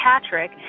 Patrick